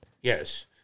Yes